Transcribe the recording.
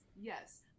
Yes